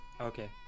Okay